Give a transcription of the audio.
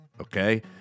okay